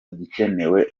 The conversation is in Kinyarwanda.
igikenewe